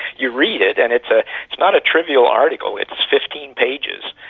you read it and it's ah it's not a trivial article, it's fifteen pages,